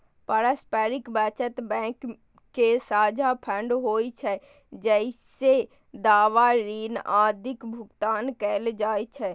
पारस्परिक बचत बैंक के साझा फंड होइ छै, जइसे दावा, ऋण आदिक भुगतान कैल जाइ छै